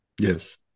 Yes